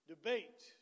Debate